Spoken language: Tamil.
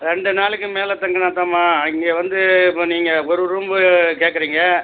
ரெண்டு நாளைக்கு மேலே தங்குனாதாம்மா இங்கே வந்து இப்போ நீங்கள் ஒரு ரூம்மு கேட்குறீங்க